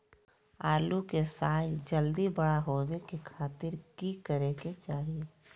आलू के साइज जल्दी बड़ा होबे के खातिर की करे के चाही?